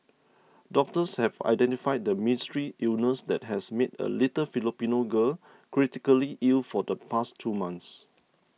doctors have identified the mystery illness that has made a little Filipino girl critically ill for the past two months